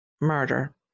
murder